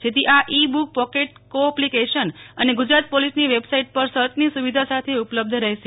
જેથી આ ઈ બક પોકેટ કો એપ્લીકેશન અને ગુજરાત પોલીસની વેબસાઈટ પર સર્ચની સુવિધા સાથે ઉપલબ્ધ રહેશે